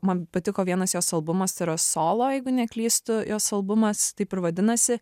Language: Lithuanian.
man patiko vienas jos albumas tai yra solo jeigu neklystu jos albumas taip ir vadinasi